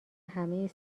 همه